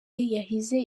yahize